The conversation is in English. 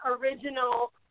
original